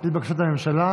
על פי בקשת הממשלה,